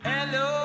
Hello